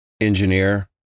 engineer